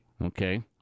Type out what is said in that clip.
Okay